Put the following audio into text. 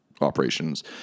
operations